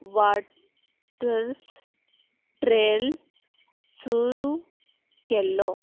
वाटस ट्रेल सुरू केल्लो